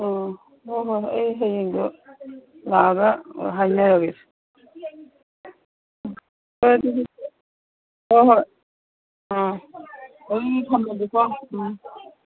ꯑꯣ ꯍꯣꯏ ꯍꯣꯏ ꯍꯣꯏ ꯑꯩ ꯍꯌꯦꯡꯗꯣ ꯂꯥꯛꯑꯒ ꯍꯥꯏꯅꯔꯒꯦ ꯍꯣꯏ ꯑꯗꯨꯗꯤ ꯍꯣꯏ ꯍꯣꯏ ꯑꯥ ꯑꯗꯨꯗꯤ ꯊꯝꯃꯒꯦꯀꯣ ꯎꯝ